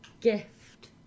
gift